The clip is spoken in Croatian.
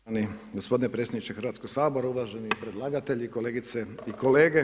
Poštovani gospodine predsjedniče Hrvatskog sabora, uvaženi predlagatelji, kolegice i kolege.